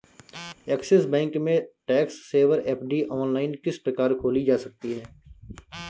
Axis bank में tax saver FD online किस प्रकार खोली जा सकती है?